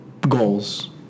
goals